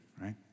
right